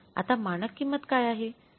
तर आता मानक किंमत काय आहे